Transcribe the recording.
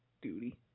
Duty